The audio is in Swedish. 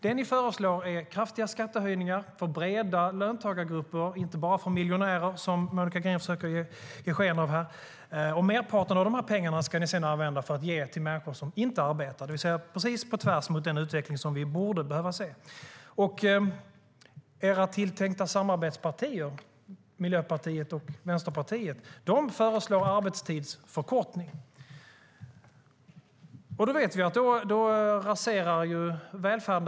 Det ni föreslår är kraftiga skattehöjningar för breda löntagargrupper, inte bara för miljonärer, som Monica Green försöker ge sken av. Merparten av de här pengarna ska ni sedan ge till människor som inte arbetar. Det går precis på tvärs mot den utveckling som vi borde behöva se. Era tilltänkta samarbetspartier, Miljöpartiet och Vänsterpartiet, föreslår arbetstidsförkortning. Det vet vi raserar välfärden.